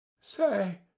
say